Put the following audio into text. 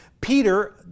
Peter